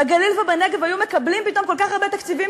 בגליל ובנגב היו מקבלים פתאום כל כך הרבה תקציבים,